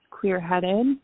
clear-headed